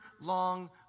long